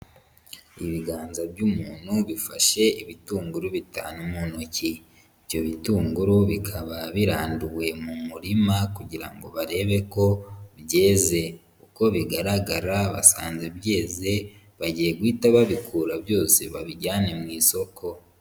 Ibiganza by'umuntu bifashe ibitunguru bitanu mu ntoki, ibyo bitunguru bikaba biranduwe mu murima kugira ngo barebe ko byeze, uko bigaragara basanze byeze bagiye guhita babikura byose babijyane mu isoko.